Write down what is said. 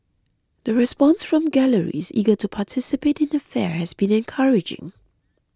the response from galleries eager to participate in the fair has been encouraging